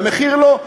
והמחיר לא".